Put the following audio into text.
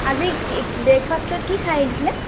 আজি ব্ৰেকফাষ্টত কি খাই আহিছিলে